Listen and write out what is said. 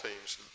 teams